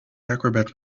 acrobat